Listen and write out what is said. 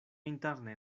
interne